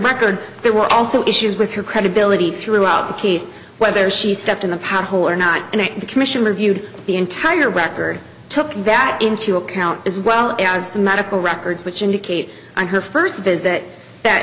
record there were also issues with her credibility throughout the case whether she stepped in the past who were not in the commission reviewed the entire record took that into account as well as the medical records which indicate on her first visit that